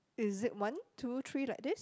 is it one two three like this